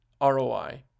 ROI